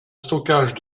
stockage